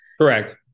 correct